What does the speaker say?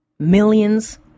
millions